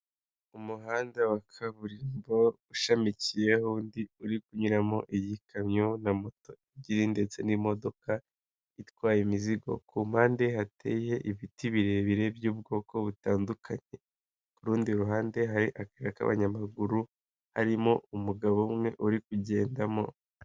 Umuhanda wa kaburimbo ushamikiyehondi uri kunyuramo iyi kamyo na moto ebyiri ndetse n'imodoka itwaye imizigo ku mpande hateye ibiti birebire by'ubwoko butandukanye ku rundi ruhande harike k'abanyamaguru harimo umugabo umwe uri kugendamo.